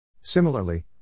Similarly